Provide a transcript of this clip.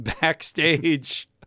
backstage